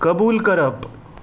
कबूल करप